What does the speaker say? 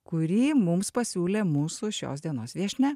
kurį mums pasiūlė mūsų šios dienos viešnia